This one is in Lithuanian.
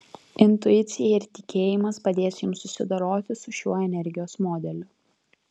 intuicija ir tikėjimas padės jums susidoroti su šiuo energijos modeliu